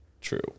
true